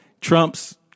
Trump's